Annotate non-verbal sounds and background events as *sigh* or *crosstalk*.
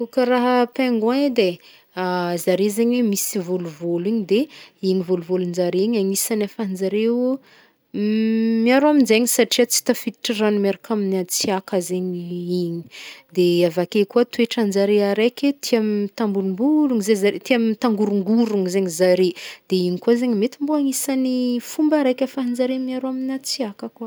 Ko karaha pingouin ndraiky edy e. *hesitation* Zare zegny misy volovolo igny, de, igny volovolonjare igny anisan ahafahanjare m- miaro aminjey satria tsy tafiditra rano miarak am atsiàka zegny- igny; *hesitation* de avake koa toetranjare araiky, tia mitambolombologn zey zare- tia mtangorongorogny zegny zare. De igny koa zegny mety mbô isan'ny fomba raiky ahafahanjare niaro am atsiàka koa.